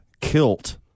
kilt